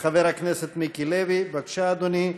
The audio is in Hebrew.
חבר הכנסת מיקי לוי, בבקשה, אדוני.